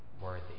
worthy